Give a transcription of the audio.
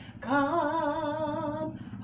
Come